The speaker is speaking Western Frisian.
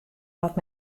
wat